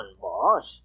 boss